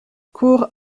cour